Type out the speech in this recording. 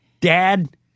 dad